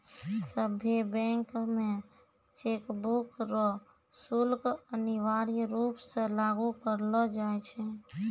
सभ्भे बैंक मे चेकबुक रो शुल्क अनिवार्य रूप से लागू करलो जाय छै